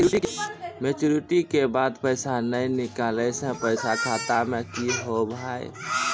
Maturity के बाद पैसा नए निकले से पैसा खाता मे की होव हाय?